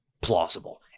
plausible